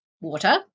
water